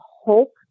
hope